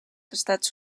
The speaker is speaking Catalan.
estats